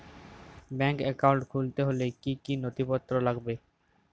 Bank account খুলতে হলে কি কি নথিপত্র লাগবে?